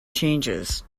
changes